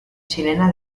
chilena